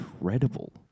incredible